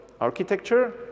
architecture